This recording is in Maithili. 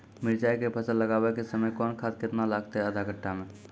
मिरचाय के फसल लगाबै के समय कौन खाद केतना लागतै आधा कट्ठा मे?